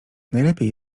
najlepiej